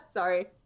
Sorry